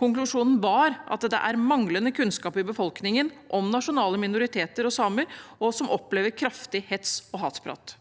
Konklusjonen var at det er manglende kunnskap i befolkningen om nasjonale minoriteter og samer, som opplever kraftig hets og hatprat.